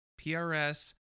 PRS